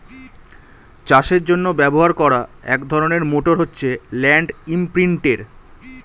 চাষের জন্য ব্যবহার করা এক ধরনের মোটর হচ্ছে ল্যান্ড ইমপ্রিন্টের